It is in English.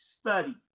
Study